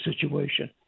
situation